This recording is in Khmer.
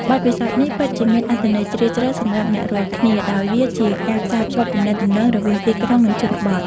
បទពិសោធន៍នេះពិតជាមានអត្ថន័យជ្រាលជ្រៅសម្រាប់អ្នករាល់គ្នា ដោយវាជាការផ្សារភ្ជាប់ទំនាក់ទំនងរវាងទីក្រុងនិងជនបទ។